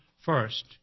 first